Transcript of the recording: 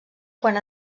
quan